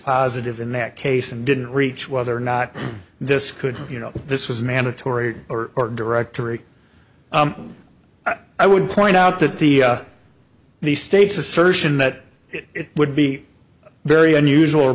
positive in that case and didn't reach whether or not this could you know this was mandatory or directory i would point out that the the state's assertion that it would be very unusual